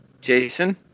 Jason